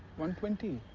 one twenty.